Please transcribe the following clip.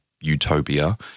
utopia